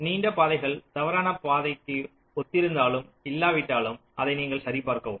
நீண்ட பாதைகள் தவறான பாதைக்கு ஒத்திருந்தாலும் இல்லாவிட்டாலும் அதை நீங்கள் சரிபார்க்கவும்